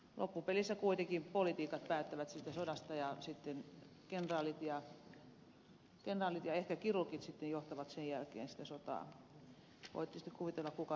loppupelissä kuitenkin poliitikot päättävät sodasta ja sitten kenraalit ja ehkä kirurgit sitten johtavat sen jälkeen sitä sotaa voi tietysti kuvitella kuka milläkin puolella